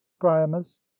priamus